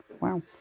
Wow